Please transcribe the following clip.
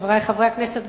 חברי חברי הכנסת,